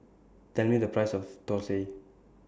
Tell Me The Price of Thosai